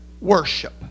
worship